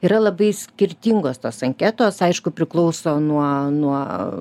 yra labai skirtingos tos anketos aišku priklauso nuo nuo